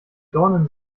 dornen